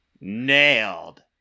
Nailed